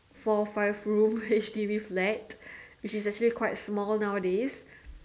four five room H_D_B flat which is actually quite small nowadays